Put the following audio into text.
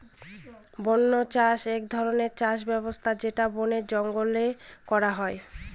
বন্য চাষ এক ধরনের চাষ ব্যবস্থা যেটা বনে জঙ্গলে করা হয়